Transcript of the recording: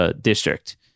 district